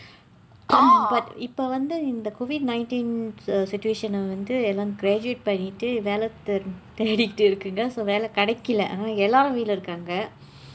ah but இப்போ வந்து இந்த:ippoo vandthu indtha COVID nineteen situation எல்லாம்:ellaam graduate பண்ணிட்டு வேலை தேடிட்டு இருக்காங்க:pannitdu veelai theeditdu irukkangka so வேலை கிடைக்கவில்லை அதனால் எல்லாரும் வீட்டில இருக்காங்க:veelai kidaikkavillai athanaal ellaarum vitdila irukkangka